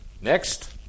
Next